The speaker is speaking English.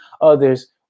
others